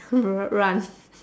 run